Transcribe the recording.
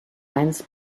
eins